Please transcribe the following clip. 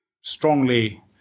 strongly